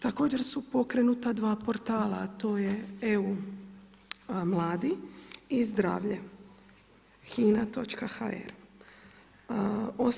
Također su pokrenuta dva portala, a to je EU mladi i zdravlje HINA.hr.